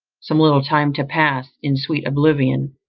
some little time to pass in sweet oblivion,